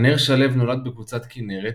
ענר שלו נולד בקבוצת כנרת,